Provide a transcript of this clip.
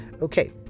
Okay